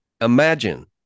imagine